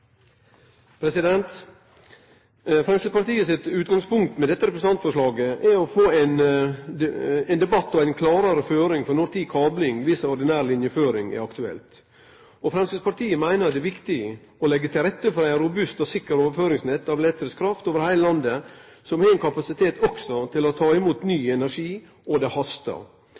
å få ein debatt og ei klarare føring for når kabling vis-à-vis ordinær linjeføring er aktuelt. Framstegspartiet meiner det er viktig å leggje til rette for eit robust og sikkert overføringsnett av elektrisk kraft over heile landet, som også har kapasitet til å ta imot ny energi – og det hastar!